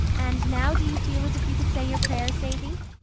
and now do you feel as if you could say your prayers, davy?